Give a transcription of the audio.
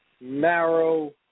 Marrow